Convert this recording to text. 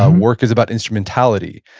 um work is about instrumentality.